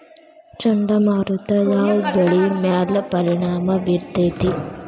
ಚಂಡಮಾರುತ ಯಾವ್ ಬೆಳಿ ಮ್ಯಾಲ್ ಪರಿಣಾಮ ಬಿರತೇತಿ?